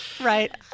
Right